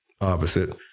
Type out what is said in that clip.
opposite